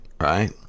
right